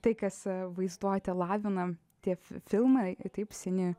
tai kas vaizduotę lavina tie filmai taip seni